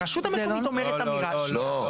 הרשות המקומית אומרת אמירה --- זה לא נכון.